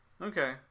Okay